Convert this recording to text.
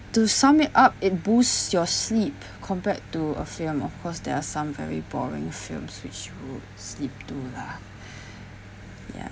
to sum it up it boosts your sleep compared to a film of course there are some very boring films which you sleep to lah ya